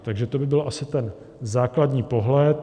Takže to by byl asi ten základní pohled.